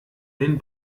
den